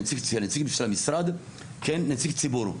נציגים של המשרד כנציג ציבור.